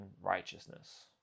righteousness